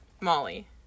Molly